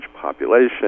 population